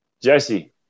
Jesse